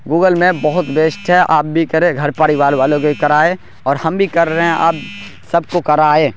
Google map بہت best ہے آپ بھی کرے گھر پریوار والوں کو بھی کرائے اور ہم بھی کر رہے ہیں آپ سب کو کرائے